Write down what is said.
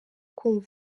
kumva